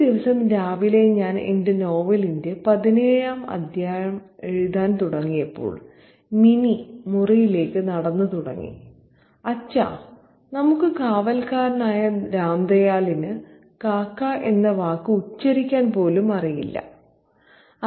ഒരു ദിവസം രാവിലെ ഞാൻ എന്റെ നോവലിന്റെ പതിനേഴാം അധ്യായം എഴുതാൻ തുടങ്ങിയപ്പോൾ മിനി മുറിയിലേക്ക് നടന്നു തുടങ്ങി അച്ഛാ നമ്മുടെ കാവൽക്കാരനായ രാംദയാലിന് കാക്ക എന്ന വാക്ക് ഉച്ചരിക്കാൻ പോലും അറിയില്ല"